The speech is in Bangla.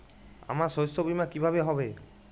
আমার শস্য বীমা কিভাবে হবে?